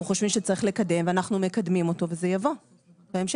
חושבים שצריך לקדם ואנחנו מקדמים אותו וזה יבוא בהמשך.